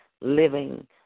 living